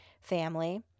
family